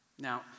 Now